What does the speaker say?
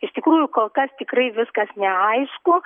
iš tikrųjų kol kas tikrai viskas neaišku